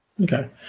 Okay